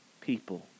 people